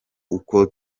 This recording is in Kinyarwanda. uko